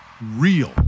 real